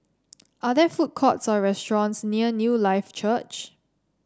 are there food courts or restaurants near Newlife Church